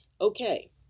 okay